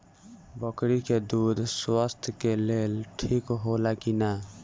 बकरी के दूध स्वास्थ्य के लेल ठीक होला कि ना?